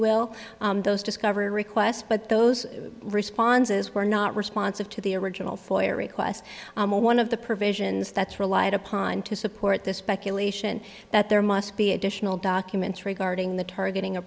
will those discovery requests but those responses were not responsive to the original foyer requests one of the provisions that's relied upon to support this speculation that there must be additional documents regarding the targeting